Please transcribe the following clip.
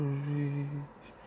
reach